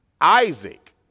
Isaac